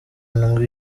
ndwi